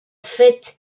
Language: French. fait